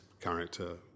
character